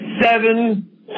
seven